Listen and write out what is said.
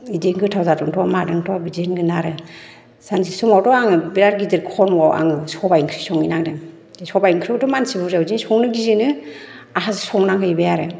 बिदि गोथाव जादोंथ' मादोंथ' बिदि होनगोन आरो सानसे समावथ' आङो बिराथ गिदिर खर्म'आव आङो सबाइ ओंख्रि संहैनांदों बे सबाइ ओंख्रिखौथ' मानसि बुरजायाव बिदि संनो गियोनो आंहा संनांहैबाय आरो